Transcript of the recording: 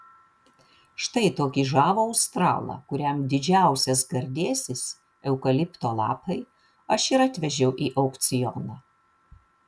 štai tokį žavų australą kuriam didžiausias gardėsis eukalipto lapai aš ir atvežiau į aukcioną